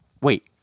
Wait